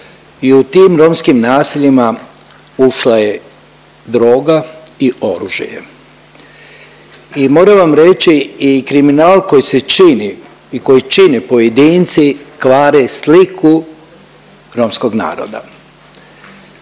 i u tim romskim naseljima ušla je droga i oružje. I moram vam reći i kriminal koji se čini i koje čine pojedinci kvare sliku romskog naroda.